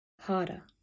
harder